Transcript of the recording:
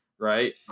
Right